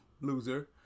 loser